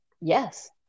yes